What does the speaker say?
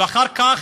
ואחר כך,